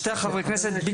שני חברי הכנסת הנותרים,